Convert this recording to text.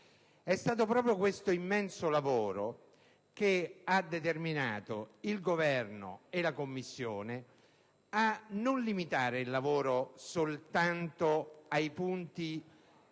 È stato proprio questo immenso lavoro che ha determinato il Governo e la Commissione a non limitare l'esame soltanto ai punti